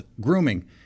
grooming